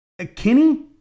Kinney